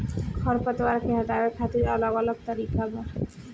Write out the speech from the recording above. खर पतवार के हटावे खातिर अलग अलग तरीका बा